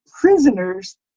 Prisoners